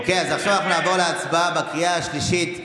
אוקיי, עכשיו אנחנו נעבור להצבעה בקריאה השלישית.